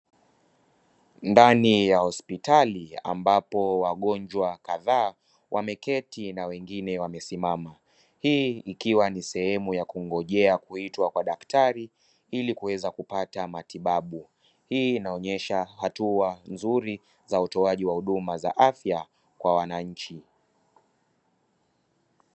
Ndani ya hospitali ambapo wagonjwa kadhaa wameketi na wengine wamesimama. Hii ikiwa ni sehemu ya kungojea kuitwa kwa daktari ili kuweza kupata matibabu. Hii inaonyesha hatua nzuri za utoaji wa huduma za afya kwa wananchi.